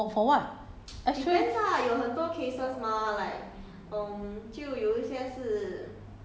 !huh! X-ray 还要还要 follow instruction 的时间 oh for for what X-ray